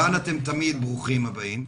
כאן אתם תמיד ברוכים הבאים.